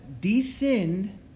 descend